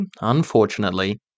unfortunately